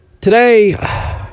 today